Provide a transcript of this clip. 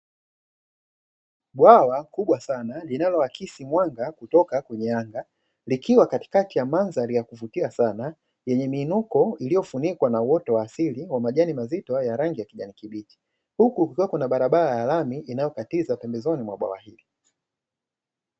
Bwawa kubwa sanaa linaloakisi mwanga kutoka kwenye anga, likiwa katika ya mandhari ya kuvutia sana, yenye minuko iliyofunikwa na uoto wa asili ya majani mazito ya rangi ya kijani kibichi, huku kukiwa na barabara ya lami inayokatiza pembeni mwa bwawa hili.